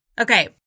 Okay